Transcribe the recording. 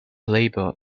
labour